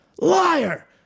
Liar